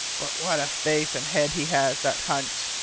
but what a face and head he has, that hunt!